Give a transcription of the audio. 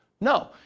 No